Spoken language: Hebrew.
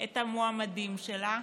את המועמדים שלה,